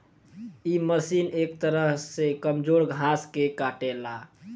इ मशीन एक तरह से कमजोर घास के काटेला